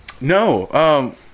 No